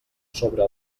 sobre